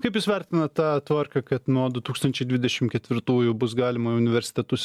kaip jūs vertinat tą tvarką kad nuo du tūkstančiai dvidešim ketvirtųjų bus galima į universitetus